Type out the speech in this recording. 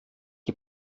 die